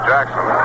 Jackson